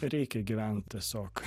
reikia gyvent tiesiog